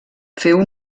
féu